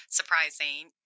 surprising